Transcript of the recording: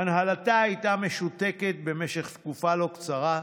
הנהלתה הייתה משותקת במשך תקופה לא קצרה,